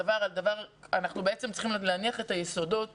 אנחנו בעצם צריכים להניח את היסודות